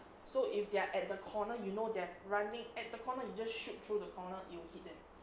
so if they're at the corner you know they're running at the corner you just shoot through the corner you'll hit them